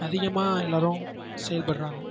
அதிகமாக எல்லாேரும் செயல்படுகிறாங்க